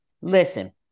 listen